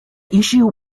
issue